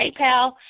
PayPal